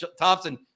Thompson